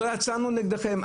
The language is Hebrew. לא יצאנו נגדכם.